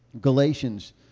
Galatians